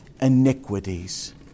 iniquities